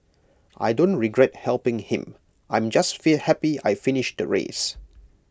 I don't regret helping him I'm just happy I finished the race